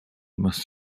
must